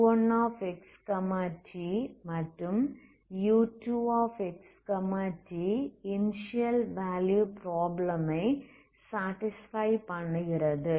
u1xt மற்றும் u2xt initial value problem ஐ satisfy பண்ணுகிறது